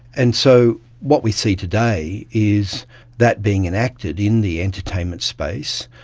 and so what we see today is that being enacted in the entertainment space,